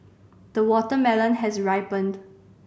the watermelon has ripened